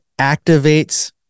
activates